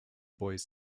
boys